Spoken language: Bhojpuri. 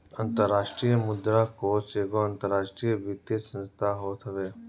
अंतरराष्ट्रीय मुद्रा कोष एगो अंतरराष्ट्रीय वित्तीय संस्थान होत हवे